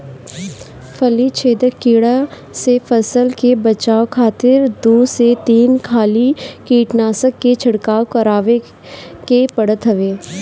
फली छेदक कीड़ा से फसल के बचावे खातिर दू से तीन हाली कीटनाशक के छिड़काव करवावे के पड़त हवे